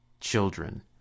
children